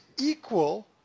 equal